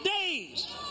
days